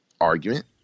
argument